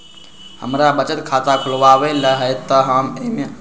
हमरा बचत खाता खुलावेला है त ए में कौन कौन कागजात के जरूरी परतई?